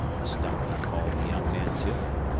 i stopped and called the young man to me.